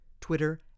Twitter